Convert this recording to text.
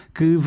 Que